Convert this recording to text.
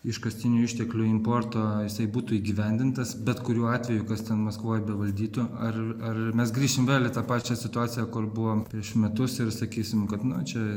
iškastinių išteklių importo jisai būtų įgyvendintas bet kuriuo atveju kas ten maskvoj bevaldytų ar ar mes grįšim vėl į tą pačią situaciją kur buvom prieš metus ir sakysim kad na čia